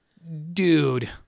Dude